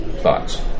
thoughts